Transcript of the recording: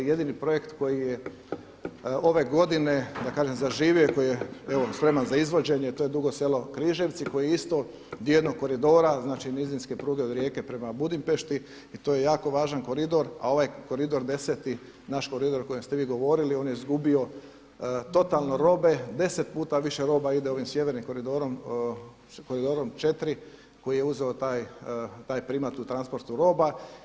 Jedini projekt koji je ove godine da kažem zaživio i koji je evo spreman za izvođenje to je Dugo Selo – Križevci koji je isto dio jednog koridora, znači nizinske pruge od Rijeke prema Budimpešti i to je jako važan koridor, a ovaj koridor deseti, naš koridor o kojem ste vi govorili on je izgubio totalno robe deset puta više roba ide ovim sjevernim koridorom, koridorom 4 koji je uzeo taj primat u transportu roba.